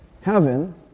heaven